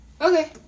Okay